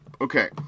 okay